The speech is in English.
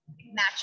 match